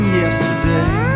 yesterday